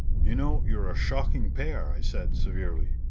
you know, you're a shocking pair! i said severely.